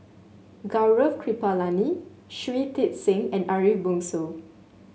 Gaurav Kripalani Shui Tit Sing and Ariff Bongso